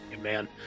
man